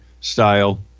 style